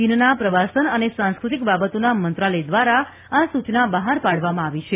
ચીનના પ્રવાસન અને સાંસ્કૃતિક બાબતોના મંત્રાલય દ્વારા આ સૂચના બહાર પાડવામાં આવી છે